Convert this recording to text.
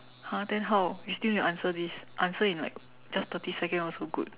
!huh! then how we still need to answer this answer in like just thirty seconds also good